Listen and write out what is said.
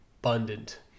abundant